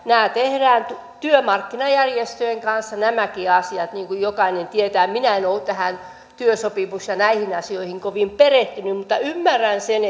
nämäkin asiat tehdään työmarkkinajärjestöjen kanssa niin kuin jokainen tietää minä en ole työsopimus ja näihin asioihin kovin perehtynyt mutta ymmärrän sen